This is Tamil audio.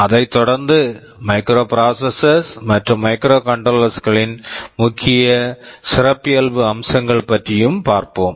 அதைத் தொடர்ந்து மைக்ரோபிராசஸர்ஸ் microprocessors மற்றும் மைக்ரோகண்ட்ரோலர்ஸ் microcontrollers களின் முக்கிய சிறப்பியல்பு அம்சங்கள் பற்றியும் பார்ப்போம்